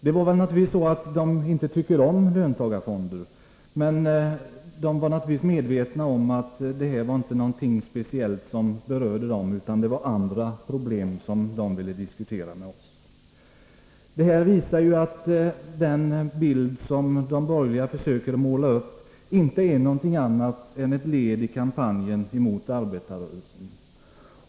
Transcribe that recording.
De tycker inte om löntagarfonder, men de är naturligtvis medvetna om att det är någonting som inte berör dem speciellt mycket, utan det var andra problem de ville diskutera med oss. Det visar att den bild som de borgerliga målar upp inte är någonting annat än ett led i kampanjen mot arbetarrörelsen.